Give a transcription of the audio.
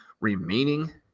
remaining